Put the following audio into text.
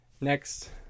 Next